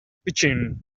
pitching